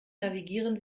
navigieren